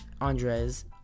Andres